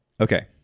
Okay